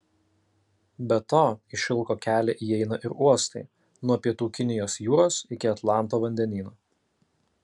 be to į šilko kelią įeina ir uostai nuo pietų kinijos jūros iki atlanto vandenyno